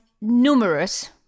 numerous